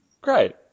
Great